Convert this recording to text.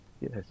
Yes